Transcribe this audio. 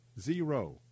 Zero